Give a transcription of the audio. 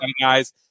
guys